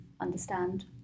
understand